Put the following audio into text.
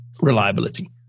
reliability